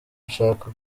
nshaka